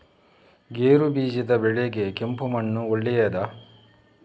ಗೇರುಬೀಜದ ಬೆಳೆಗೆ ಕೆಂಪು ಮಣ್ಣು ಒಳ್ಳೆಯದಾ?